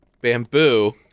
bamboo